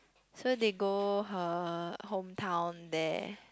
so they go her hometown there